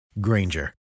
Granger